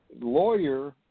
lawyer